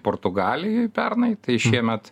portugalijoj pernai tai šiemet